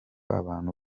abantu